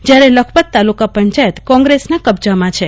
જયારે લખપત તાલુકા પંચાયત કોંગ્રેસના કબ્જામાં છે